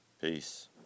Peace